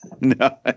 No